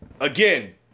again